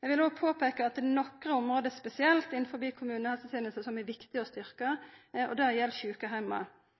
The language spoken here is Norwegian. Eg vil òg påpeika at det er nokre område spesielt innan kommunehelsetenesta som det er viktig å styrka,